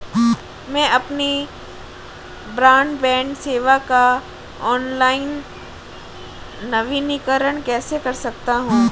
मैं अपनी ब्रॉडबैंड सेवा का ऑनलाइन नवीनीकरण कैसे कर सकता हूं?